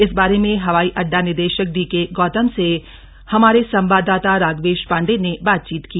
इस बारे में हवाई अड्डा निदेशक डी के गौतम से हमारे संवाददाता राघवेश पाण्डेय ने बात चीत की